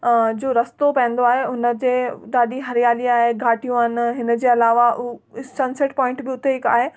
जो रस्तो पवंदो आहे हुनजे ॾाढी हरियाली आहे घाटियूं आहिनि हिनजे अलावा हू सनसेट पॉइंट बि हुते हिकु आहे